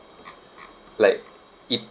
like if